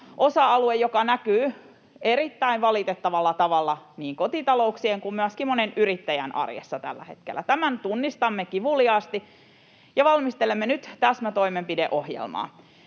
osa-alue, joka näkyy erittäin valitettavalla tavalla niin kotitalouksien kuin myöskin monen yrittäjän arjessa tällä hetkellä. Tämän tunnistamme kivuliaasti, ja valmistelemme nyt täsmätoimenpideohjelmaa.